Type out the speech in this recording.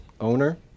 owner